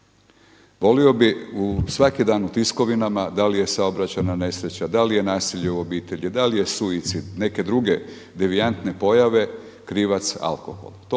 Volio bih, svaki dan u tiskovinama da li je saobraćajna nesreća, da li je nasilje u obitelji, da li je suicid, neke druge devijantne pojave krivac alkohol,